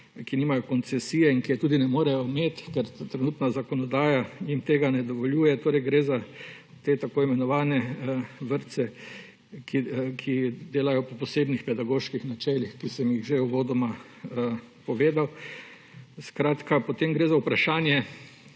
ki nimajo koncesije in ki je tudi ne morejo imeti, ker trenutna zakonodaja jim tega ne dovoljuje. Gre za te tako imenovane vrtce, ki delajo po posebnih pedagoških načelih, ki sem jih že uvodoma povedal. Potem gre za vprašanje